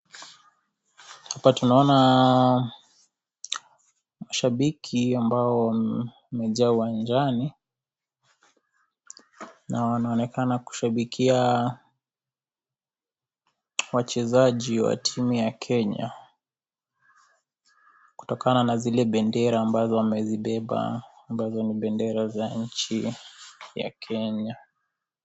Hapa tunaona mashabiki ambao wamejaa uwanjani, na wanaonekana kushabikia wachezaji wa timu ya Kenya, kutokana na zile bendera ambazo wamezibeba ambazo ni bendera za nchi ya Kenya.